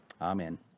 amen